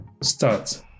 start